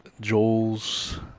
Joel's